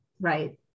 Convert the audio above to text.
right